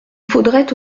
faudrait